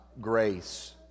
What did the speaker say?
grace